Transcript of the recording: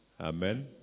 Amen